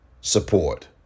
support